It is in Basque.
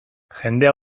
jendea